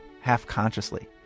half-consciously